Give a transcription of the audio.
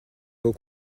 beau